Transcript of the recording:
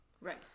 Right